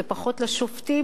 ופחות יועבר לשופטים,